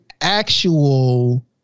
actual